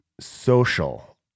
social